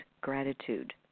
gratitude